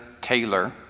Taylor